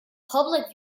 public